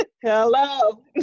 hello